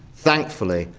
thankfully,